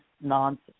nonsense